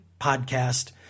podcast